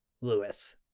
Lewis